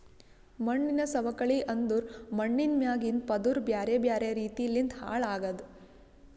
ಮಣ್ಣಿನ ಸವಕಳಿ ಅಂದುರ್ ಮಣ್ಣಿಂದ್ ಮ್ಯಾಗಿಂದ್ ಪದುರ್ ಬ್ಯಾರೆ ಬ್ಯಾರೆ ರೀತಿ ಲಿಂತ್ ಹಾಳ್ ಆಗದ್